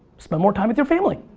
spend more time with your family.